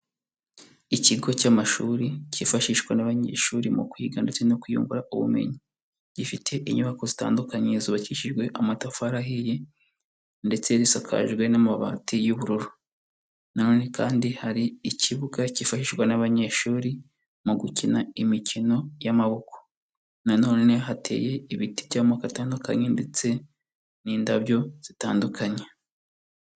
Ikigo cy'amashuri cyifashishwa n'abanyeshuri mu kwiga ndetse no kwiyungura ubumenyi, gifite inyubako zitandukanye zubakishijwe amatafari ahiye, ndetse risakajwe n'amabati y'ubururu, na none kandi hari ikibuga cyifashishwa n'abanyeshuri mu gukina imikino y'amaboko, na none hateye ibiti by'amoko atandukanye ndetse n'indabyo zitandukanye.